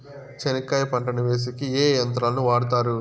చెనక్కాయ పంటను వేసేకి ఏ యంత్రాలు ను వాడుతారు?